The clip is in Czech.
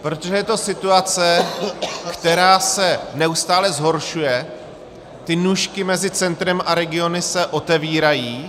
Protože je to situace, která se neustále zhoršuje, ty nůžky mezi centrem a regiony se otevírají.